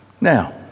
Now